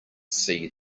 see